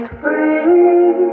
free